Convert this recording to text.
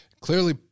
clearly